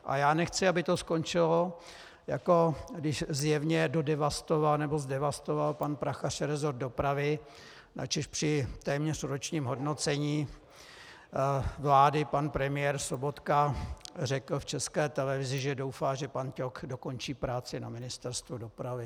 A já nechci, aby to skončilo, jako když zjevně zdevastoval pan Prachař resort dopravy, načež při téměř ročním hodnocení vlády pan premiér Sobotka řekl v České televizi, že doufá, že pan Ťok dokončí práci na Ministerstvu dopravy.